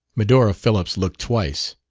medora phillips looked twice.